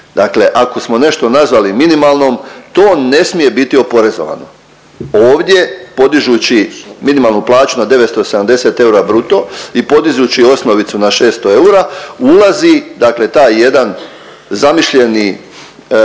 Dakle ako smo nešto nazvali minimalnom, to ne smije biti oporezovano. Ovdje podižući minimalnu plaću na 970 eura bruto i podižući osnovnicu na 600 eura ulazi, dakle taj jedan zamišljeni